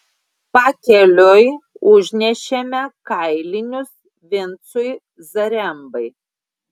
pakeliui užnešėme kailinius vincui zarembai